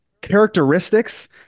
characteristics